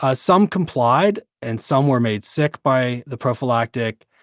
ah some complied, and some were made sick by the prophylactic.